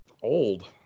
old